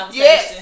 yes